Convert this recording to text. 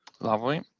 Lovely